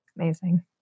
Amazing